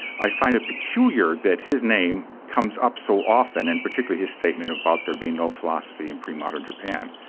i find it peculiar that his name comes up so often, and particularly his statement about there being no philosophy in pre-modern japan,